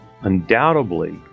undoubtedly